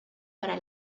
para